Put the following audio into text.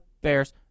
Bears